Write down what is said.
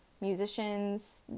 musicians